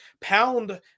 pound